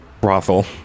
brothel